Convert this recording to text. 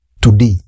today